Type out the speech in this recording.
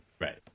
Right